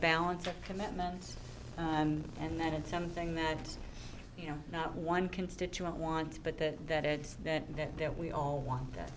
balance of commitments and that it's something that you know not one constituent wants but that that adds that that that we all want that